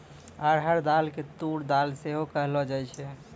अरहर दालो के तूर दाल सेहो कहलो जाय छै